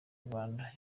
rwanda